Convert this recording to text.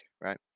right